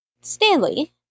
Stanley